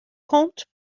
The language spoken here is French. comptent